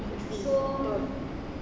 um fifty betul